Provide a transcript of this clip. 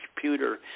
computer